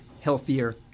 healthier